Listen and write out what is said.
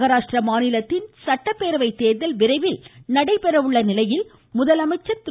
மகாராஷ்டிர மாநிலத்தில் சட்டப்பேரவை தேர்தல் விரைவில் நடைபெற உள்ள நிலையில் முதலமைச்சா் திரு